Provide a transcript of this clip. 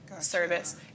service